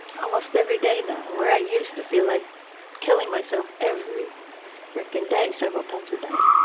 almost every day now where i used to feel like killing myself every freaking day several times a day.